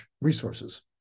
resources